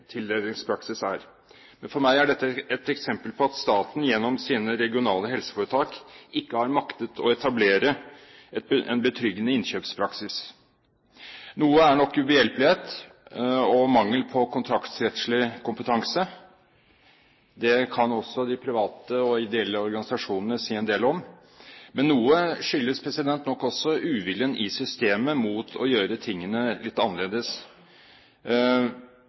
tildelingspraksis er. Men for meg er dette et eksempel på at staten gjennom sine regionale helseforetak ikke har maktet å etablere en betryggende innkjøpspraksis. Noe skyldes nok ubehjelpelighet og mangel på kontraktsrettslig kompetanse, det kan også de private ideelle organisasjonene si en del om, men noe skyldes nok også uviljen i systemet mot å gjøre tingene litt annerledes.